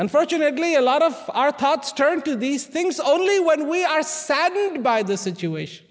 unfortunately a lot of our thoughts turn to these things only when we are saddened by the situation